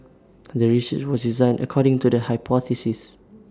the research was designed according to the hypothesis